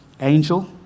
angel